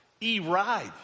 e-ride